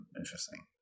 Interesting